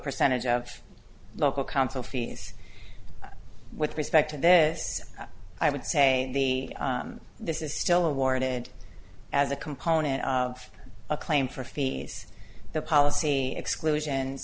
percentage of local council fees with respect to this i would say this is still awarded as a component of a claim for fees the policy exclusion